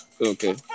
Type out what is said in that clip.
Okay